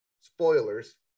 spoilers